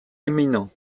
éminent